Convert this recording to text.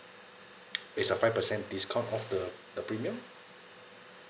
it's a five percent discount off the the premium